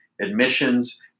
admissions